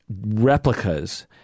replicas